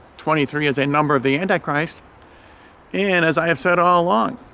twenty three is a number of the antichrist and as i have said all along,